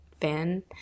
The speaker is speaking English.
fan